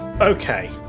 okay